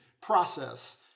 process